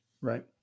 Right